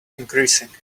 increasing